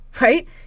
Right